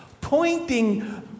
pointing